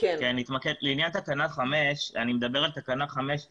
אני מדבר על תקנה 5(4)